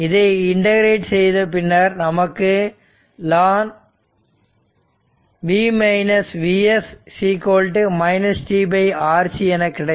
இதை இண்டெகிரேட் செய்தபின்னர் நமக்கு ln t Rc என கிடைக்கும்